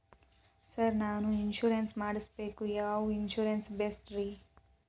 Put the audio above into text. Sir ನಾನು insurance ಮಾಡಿಸಬೇಕು ಯಾವ ಇನ್ಶೂರೆನ್ಸ್ ಬೆಸ್ಟ್ರಿ?